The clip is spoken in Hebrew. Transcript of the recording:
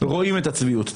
רואים את הצביעות.